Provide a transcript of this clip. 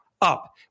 up